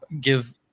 give –